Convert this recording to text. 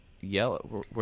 yellow